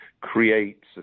creates